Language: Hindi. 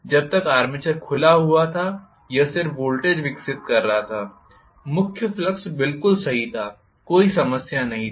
जब तक आर्मेचर खुला हुआ था यह सिर्फ वोल्टेज विकसित कर रहा था मुख्य फ्लक्स बिल्कुल सही था कोई समस्या नहीं थी